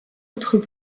autres